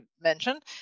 mentioned